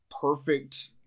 perfect